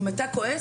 אם אתה כועס,